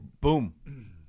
Boom